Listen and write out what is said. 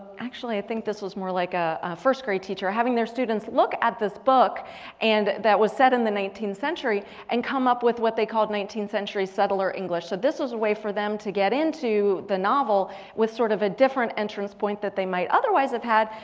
actually i think this was more like a first grade teacher. having their students look at this book and that was set in the nineteenth century and come up with what they called nineteenth century settler english. so this was a way for them to get into the novel with sort of a different entrance point that they might otherwise have had.